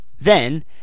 Then